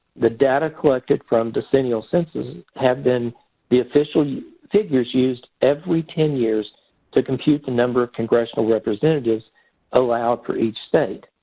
the data collected from the decennial census have been the official yeah figures used every ten years to compute the number of congressional representatives allowed for each state.